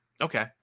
okay